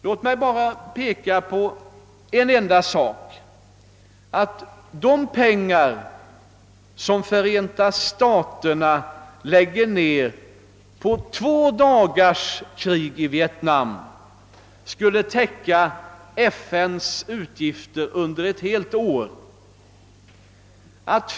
Låt mig bara peka på en enda sak. De pengar som Förenta staterna lägger ned på två dagars krig i Vietnam skulle täcka FN:s utgifter under ett helt år.